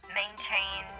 maintain